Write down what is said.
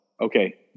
Okay